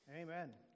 Amen